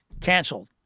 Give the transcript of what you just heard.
canceled